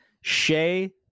Shea